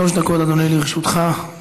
שלוש דקות, אדוני, לרשותך.